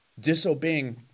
disobeying